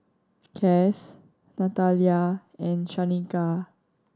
Cass Natalya and Shanika